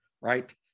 Right